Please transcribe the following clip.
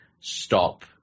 stop